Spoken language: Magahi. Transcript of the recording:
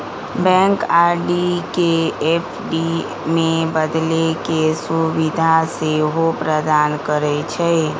बैंक आर.डी के ऐफ.डी में बदले के सुभीधा सेहो प्रदान करइ छइ